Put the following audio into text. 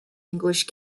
english